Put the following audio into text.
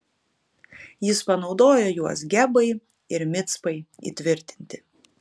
jis panaudojo juos gebai ir micpai įtvirtinti